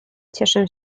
cieszę